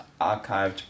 archived